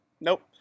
Nope